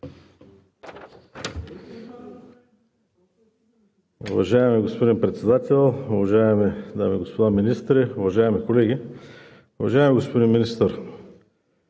Уважаеми господин Председател, уважаеми дами и господа министри, уважаеми колеги! Уважаеми господин Министър,